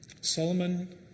Solomon